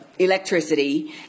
electricity